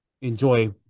enjoy